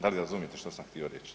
Da li razumijete što sam htio reći?